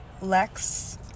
Lex